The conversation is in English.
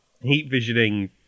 heat-visioning